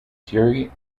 jerry